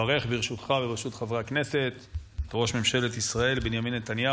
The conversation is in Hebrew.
אני קובע שהצעת חוק הכללת אמצעי זיהוי ביומטריים ונתוני